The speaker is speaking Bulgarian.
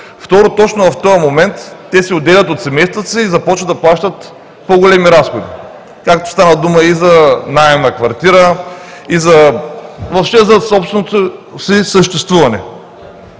Второ, точно в този момент те се отделят от семействата си и започват да плащат по-големи разходи, както стана дума и за наем на квартира, въобще за собственото си съществуване.